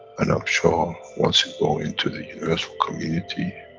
and i'm sure, once you go into the universal community.